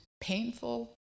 painful